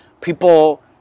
People